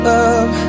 up